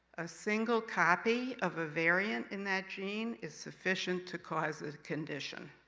a single copy of a variant in that gene, is sufficient to cause a condition.